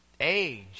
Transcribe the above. age